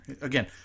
Again